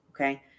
Okay